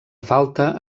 falta